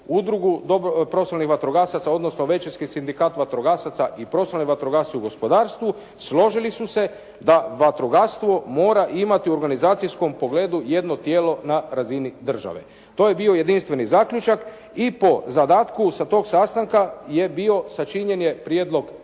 Udrugu profesionalnih vatrogasaca, odnosno Većinski sindikat vatrogasaca i profesionalnih vatrogasaca u gospodarstvu, složili su se da vatrogastvo mora imati u organizacijskom pogledu jedno tijelo na razini države. To je bio jedinstveni zaključak i po zadatku sa tog sastanka je bio, sačinjen je prijedlog